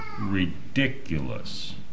ridiculous